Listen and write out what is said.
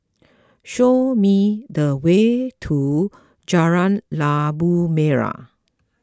show me the way to Jalan Labu Merah